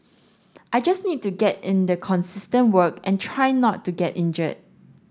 I just need to get in the consistent work and try not to get injured